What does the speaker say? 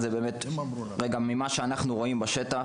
מתוך מה שאנחנו רואים באמת בשטח.